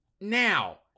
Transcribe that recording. Now